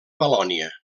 valònia